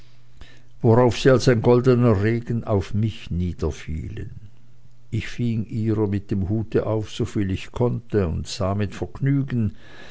worauf sie als ein goldener regen auf mich niederfielen ich fing ihrer mit dem hute auf soviel ich konnte und sah mit vergnügen